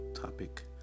topic